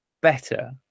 better